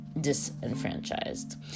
disenfranchised